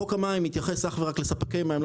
חוק המים מתייחס רק לספקי מים,